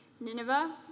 Nineveh